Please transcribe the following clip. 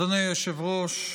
אדוני היושב-ראש,